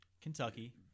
Kentucky